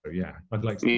yeah. i'd like to think.